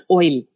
oil